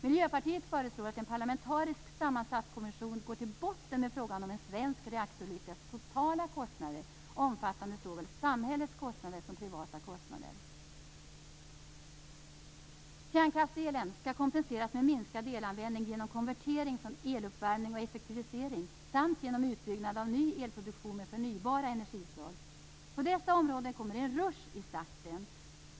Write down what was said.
Miljöpartiet föreslår att en parlamentariskt sammansatt kommission går till botten med frågan om en svensk reaktorolyckas totala kostnader, omfattande såväl samhällets kostnader som privata kostnader. Kärnkraftselen skall kompenseras med minskad elanvändning genom konvertering från eluppvärmning, effektivisering och genom utbyggnad av ny elproduktion med förnybara energislag. På dessa områden kommer det en rusch i starten.